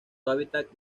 hábitat